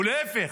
להפך,